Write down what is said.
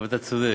אבל אתה צודק.